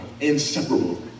inseparable